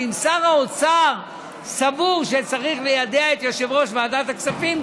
ואם שר האוצר סבור שצריך ליידע את יושב-ראש ועדת הכספים,